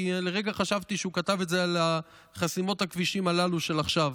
כי לרגע חשבתי שהוא כתב את זה על חסימות הכבישים הללו של עכשיו.